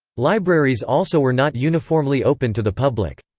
libraries also were not uniformly open to the public.